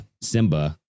simba